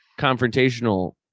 confrontational